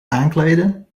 aankleden